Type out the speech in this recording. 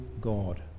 God